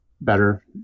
better